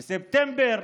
בספטמבר,